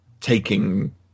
taking